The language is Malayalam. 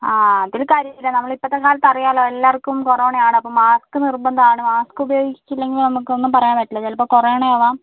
ആ അതിൽ കാര്യമില്ല നമ്മൾ ഇപ്പോളത്തെ കാലത്തു എല്ലാവർക്കും കൊറോണ ആണ് അപ്പോൾ മാസ്ക് നിർബന്ധമാണ് മാസ്ക് ഉപയോഗിച്ചില്ലെങ്കിൽ നമുക്ക് ഒന്നും പറയാൻ പറ്റില്ല ഇപ്പോൾ കൊറോണ ആകാം